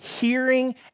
hearing